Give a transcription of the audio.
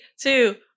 two